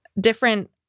different